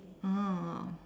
ah